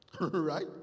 Right